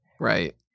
Right